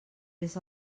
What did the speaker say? vés